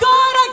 God